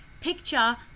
picture